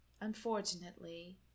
unfortunately